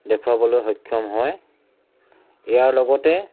দেখুৱাবলৈ সক্ষম হয় ইয়াৰ লগতে